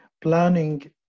planning